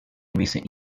recent